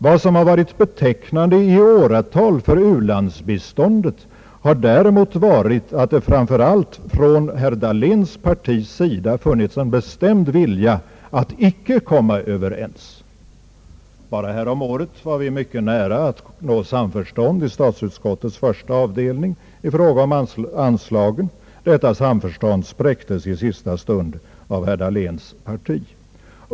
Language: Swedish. Vad som i åratal varit betecknande för u-landsbiståndet i vår debatt är däremot att det framför allt från herr Dahléns partis sida funnits en bestämd vilja att icke komma överens. Härom året var vi mycket nära att nå samförstånd i statsutskottets första avdelning i fråga om anslagen. Detta samförstånd spräcktes i sista stund av herr Dahléns parti.